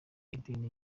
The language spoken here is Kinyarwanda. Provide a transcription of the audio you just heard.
y’idini